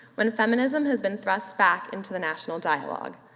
when feminism has been thrust back into the national dialogue.